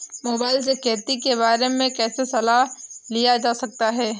Mobile से खेती के बारे कैसे सलाह लिया जा सकता है?